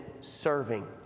serving